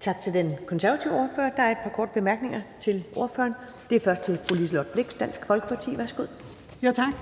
Tak til den konservative ordfører. Der er et par korte bemærkninger til ordføreren. Først er det fru Liselott Blixt, Dansk Folkeparti. Værsgo. Kl. 10:44 Liselott Blixt (DF): Tak.